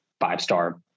five-star